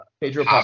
Pedro